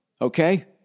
Okay